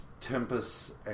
Tempest